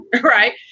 right